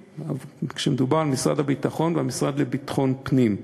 כשמדובר על משרד הביטחון והמשרד לביטחון פנים.